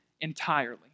entirely